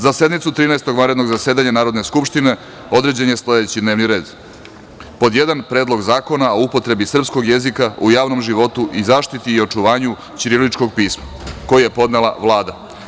Za sednicu Trinaestog vanrednog zasedanja Narodne skupštine određen je sledeći D n e v n i r e d: Predlog zakona o upotrebi srpskog jezika u javnom životu i zaštiti i očuvanju ćiriličkog pisma, koji je podnela Vlada.